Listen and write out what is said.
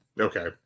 Okay